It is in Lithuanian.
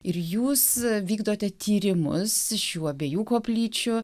ir jūs vykdote tyrimus iš šių abiejų koplyčių